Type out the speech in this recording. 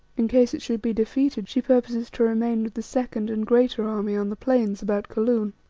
in case it should be defeated she purposes to remain with the second and greater army on the plains about kaloon.